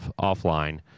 offline